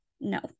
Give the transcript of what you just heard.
no